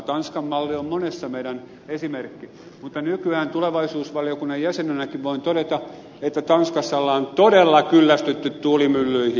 tanskan malli on monessa meidän esimerkkimme mutta nykyään tulevaisuusvaliokunnan jäsenenäkin voin todeta että tanskassa on todella kyllästytty tuulimyllyihin